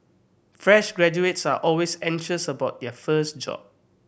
fresh graduates are always anxious about their first job